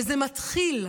וזה מתחיל,